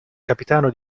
capitano